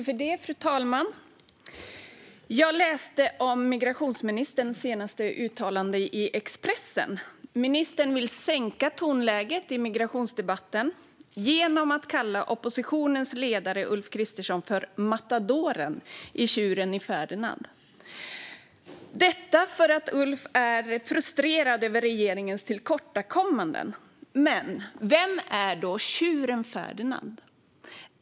Fru talman! Jag läste om migrationsministerns senaste uttalande i Expressen. Ministern vill sänka tonläget i migrationsdebatten genom att kalla oppositionens ledare Ulf Kristersson för "matadoren i Tjuren Ferdinand ", detta för att Ulf är frustrerad över regeringens tillkortakommanden. Men vem är då tjuren Ferdinand?